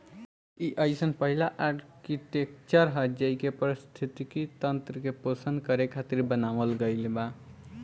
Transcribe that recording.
इ अइसन पहिला आर्कीटेक्चर ह जेइके पारिस्थिति तंत्र के पोषण करे खातिर बनावल गईल बा